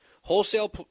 Wholesale